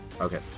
Okay